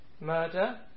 murder